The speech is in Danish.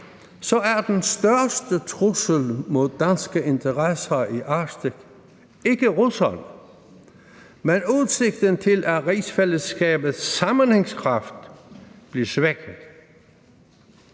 er den største trussel mod danske interesser i Arktis ikke russerne, men udsigten til, at rigsfællesskabets sammenhængskraft bliver svækket.